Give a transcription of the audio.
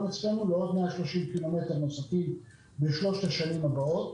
אצלנו לעוד 130 ק"מ נוספים בשלושת השנים הבאות.